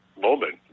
moment